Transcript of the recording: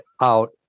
out